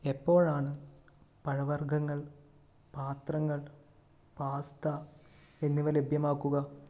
എപ്പോഴാണ് പഴവർഗ്ഗങ്ങൾ പാത്രങ്ങൾ പാസ്ത എന്നിവ ലഭ്യമാക്കുക